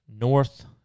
North